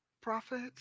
prophets